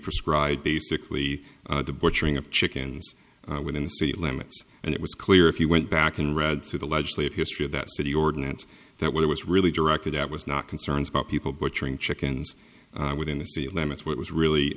prescribe basically the butchering of chickens within city limits and it was clear if you went back and read through the legislative history of that city ordinance that what it was really directed at was not concerns about people butchering chickens within the city limits what was really